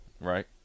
right